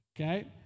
okay